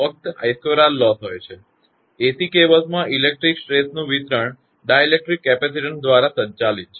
ફક્ત 𝐼2𝑅 loss 𝐼2𝑅 losses હોય છે એસી કેબલ્સમાં ઇલેક્ટ્રિક સ્ટ્રેશદબાણ નું વિતરણ ડાઇલેક્ટ્રિક કેપેસિટીન્સ દ્વારા સંચાલિત છે